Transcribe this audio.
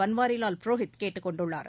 பன்வாரிலால் புரோஹித் கேட்டுக் கொண்டுள்ளார்